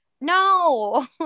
no